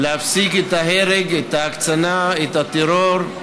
להפסיק את ההרג, את ההקצנה, את הטרור,